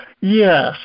yes